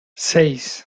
seis